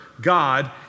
God